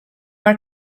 are